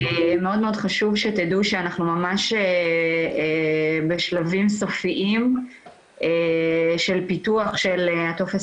מאוד מאוד חשוב שתדעו שאנחנו ממש בשלבים סופיים של פיתוח של הטופס